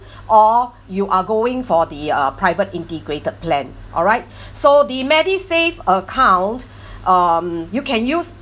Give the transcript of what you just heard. or you are going for the uh private integrated plan all right so the medisave account um you can use